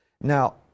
Now